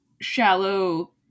shallow